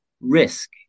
risk